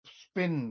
spin